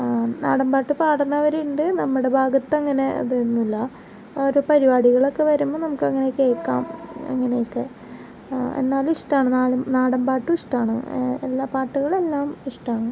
നടൻ പാട്ട് പാടുന്നവരുണ്ട് നമ്മുടെ ഭാഗത്ത് അങ്ങനെ അതൊന്നുമില്ല ഓരോ പരിപാടികളൊക്കെ വരുമ്പോൾ നമുക്കങ്ങനെ കേൾക്കാം അങ്ങനെയൊക്കെ എന്നാലും ഇഷ്ടമാണ് നാൽ നാടൻ പാട്ടും ഇഷ്ടമാണ് എല്ലാ പാട്ടുകളെല്ലാം ഇഷ്ടമാണ്